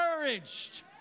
encouraged